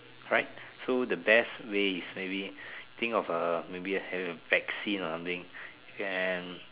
right so the best way is maybe think of a having a vaccine or something